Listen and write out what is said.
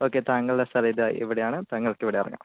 okay താങ്കളുടെ സ്ഥലം ഇതാ ഇവിടെയാണ് താങ്കൾക്ക് ഇവിടെ ഇറങ്ങാം